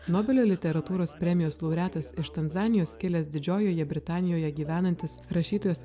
nobelio literatūros premijos laureatas iš tanzanijos kilęs didžiojoje britanijoje gyvenantis rašytojas